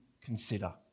consider